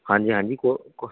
ਹਾਂਜੀ ਹਾਂਜੀ ਕੋ ਕੋ